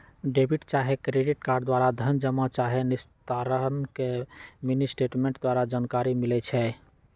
debit चाहे credit card द्वारा धन जमा चाहे निस्तारण के मिनीस्टेटमेंट द्वारा जानकारी मिलइ छै